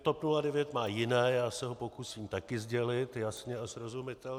TOP 09 má jiné, já se ho pokusím taky sdělit jasně a srozumitelně.